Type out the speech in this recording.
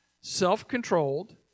self-controlled